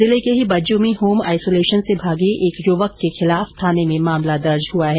जिले के ही बज्जू में होम आईसोलेशन से भागे एक युवक के खिलाफ थाने में मामला दर्ज हुआ है